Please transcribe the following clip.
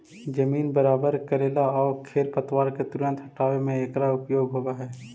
जमीन बराबर कऽरेला आउ खेर पतवार के तुरंत हँटावे में एकरा उपयोग होवऽ हई